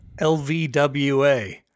LVWA